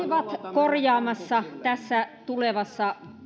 korjaamassa tässä tulevassa